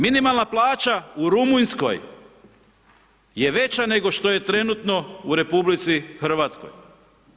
Minimalna plaća u Rumunjskoj je veća nego što je trenutno u RH.